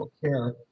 care